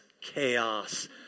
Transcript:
chaos